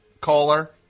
caller